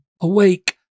awake